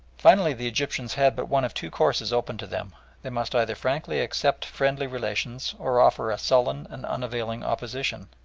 finally, the egyptians had but one of two courses open to them they must either frankly accept friendly relations or offer a sullen and unavailing opposition.